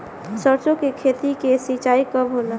सरसों की खेती के सिंचाई कब होला?